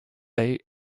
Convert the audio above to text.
bay